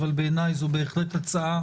אבל בעיניי זאת בהחלט הצעה